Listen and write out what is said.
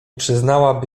przyznałaby